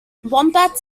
wombats